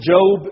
Job